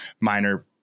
minor